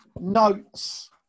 notes